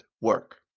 work